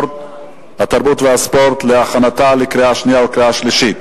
התרבות והספורט להכנתה לקריאה שנייה וקריאה שלישית.